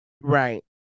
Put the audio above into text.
Right